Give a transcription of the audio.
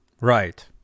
Right